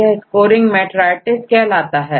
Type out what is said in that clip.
यह scoring metritis कहलाता है